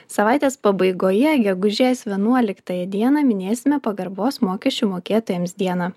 savaitės pabaigoje gegužės vienuoliktąją dieną minėsime pagarbos mokesčių mokėtojams dieną